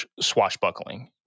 swashbuckling